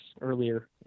earlier